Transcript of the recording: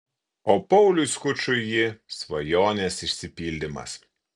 o pauliui skučui ji svajonės išsipildymas